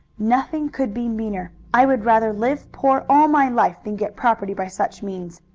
nothing could be meaner. i would rather live poor all my life than get property by such means.